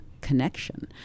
connection